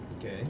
Okay